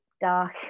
dark